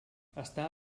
està